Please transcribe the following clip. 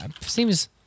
Seems